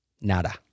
Nada